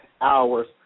hours